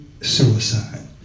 suicide